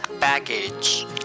Baggage